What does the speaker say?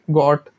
got